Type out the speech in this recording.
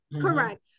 Correct